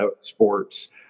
sports